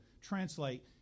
translate